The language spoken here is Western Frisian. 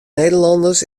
nederlanners